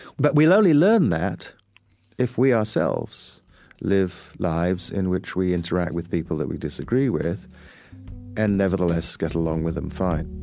but we'll only learn that if we ourselves live lives in which we interact with people that we disagree with and nevertheless get along with them fine